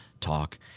talk